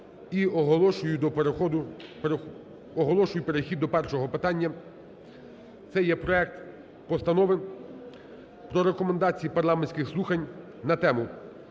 оголошую перехід до першого питання. Це є проект Постанови про Рекомендації парламентських слухань на тему: